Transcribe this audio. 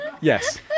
Yes